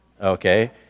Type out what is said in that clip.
Okay